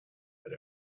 that